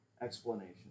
explanation